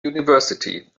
university